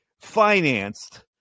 financed